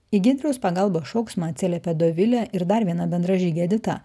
į giedriaus pagalbos šauksmą atsiliepė dovilė ir dar viena bendražygė edita